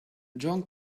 john